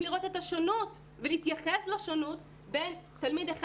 לראות את השונות ולהתייחס לשונות בין תלמיד אחד